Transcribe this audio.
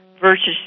versus